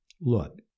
Look